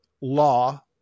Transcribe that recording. law